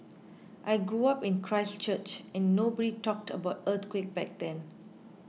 I grew up in Christchurch and nobody talked about earthquake back then